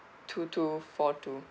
two two four two